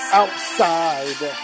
outside